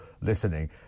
listening